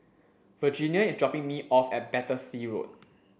Virginia is dropping me off at Battersea Road